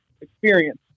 experience